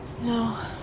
No